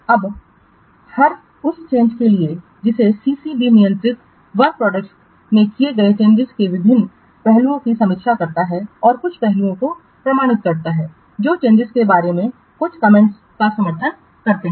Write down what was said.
अब हर उस चेंज के लिए जिसे CCB नियंत्रित वर्क प्रोडक्टस में किए गए चेंजिंसों के विभिन्न पहलुओं की समीक्षा करता है और कुछ पहलुओं को प्रमाणित करता है जो चेंजिंसों के बारे में कुछ कॉमेंटस का समर्थन करते हैं